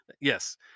Yes